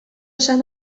esan